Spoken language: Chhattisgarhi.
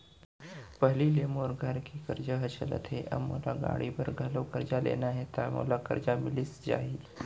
पहिली ले मोर घर के करजा ह चलत हे, अब मोला गाड़ी बर घलव करजा लेना हे ता का मोला करजा मिलिस जाही?